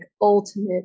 ultimate